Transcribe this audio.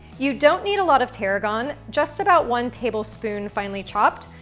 you don't need a lot of tarragon, just about one tablespoon finely chopped,